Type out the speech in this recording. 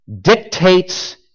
dictates